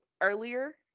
earlier